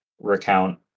recount